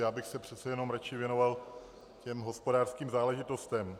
Já bych se přece jenom raději věnoval hospodářským záležitostem.